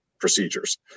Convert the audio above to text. procedures